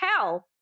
hell